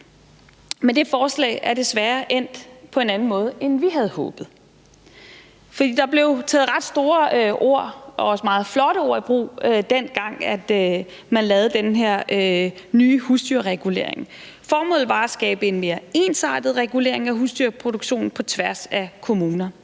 Men det forslag er desværre endt på en anden måde, end vi havde håbet, for der blev taget ret store ord og også meget flotte ord i brug, dengang man lavede den her nye husdyrregulering. Formålet var at skabe en mere ensartet regulering af husdyrproduktionen på tværs af kommuner.